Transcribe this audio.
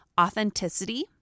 Authenticity